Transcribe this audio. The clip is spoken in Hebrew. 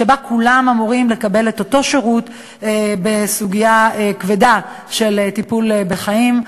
שבה כולם אמורים לקבל את אותו שירות בסוגיה כבדה של טיפול בחיים.